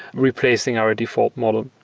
replacing our default model.